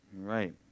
Right